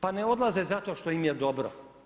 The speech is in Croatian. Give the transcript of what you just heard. Pa ne odlaze zato što im je dobro.